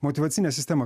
motyvacinę sistemą